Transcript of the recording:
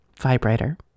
vibrator